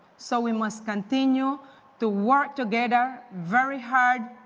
so, we must continue to work together very hard,